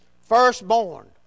firstborn